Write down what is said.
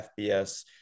FBS